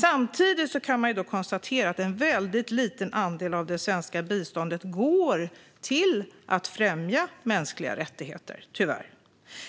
Samtidigt kan vi tyvärr konstatera att en väldigt liten andel av det svenska biståndet går till att främja mänskliga rättigheter.